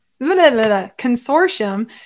consortium